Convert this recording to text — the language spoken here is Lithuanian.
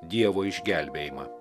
dievo išgelbėjimą